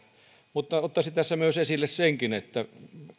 mutta ottaisin tässä myös esille senkin että